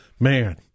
Man